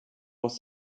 was